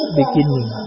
beginning